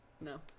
No